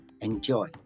enjoy